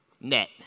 Net